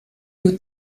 nous